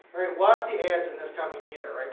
watch the ads in this coming year,